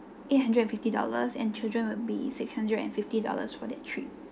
eight hundred and fifty dollars and children will be six hundred and fifty dollars for that trip